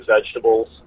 vegetables